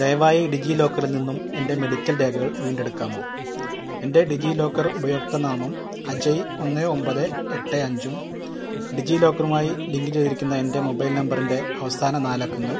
ദയവായി ഡിജീലോക്കറിൽ നിന്നും എന്റെ മെഡിക്കൽ രേഖകൾ വീണ്ടെടുക്കാമോ എന്റെ ഡിജീലോക്കർ ഉപയോക്ത നാമം അജയ് ഒന്ന് ഒമ്പത് എട്ട് അഞ്ചും ഡിജീലോക്കറുമായി ലിങ്ക് ചെയ്തിരിക്കുന്ന എന്റെ മൊബൈൽ നമ്പറിന്റെ അവസാന നാല് അക്കങ്ങൾ